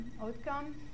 outcome